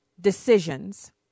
decisions